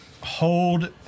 hold